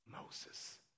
Moses